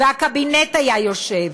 והקבינט היה יושב,